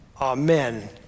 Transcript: Amen